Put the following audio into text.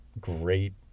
great